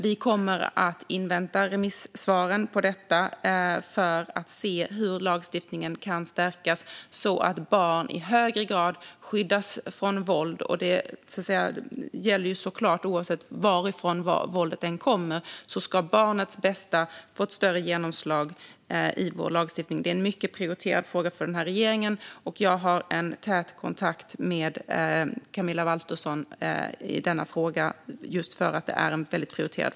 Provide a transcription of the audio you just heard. Vi kommer att invänta remissvaren på utredningen för att se hur lagstiftningen kan stärkas så att barn i högre grad skyddas från våld. Oavsett varifrån våldet kommer ska barnets bästa såklart få ett större genomslag i vår lagstiftning. Det är en mycket prioriterad fråga för denna regering, och jag har en tät kontakt med Camilla Waltersson Grönvall i denna fråga just för att den är väldigt prioriterad.